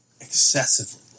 excessively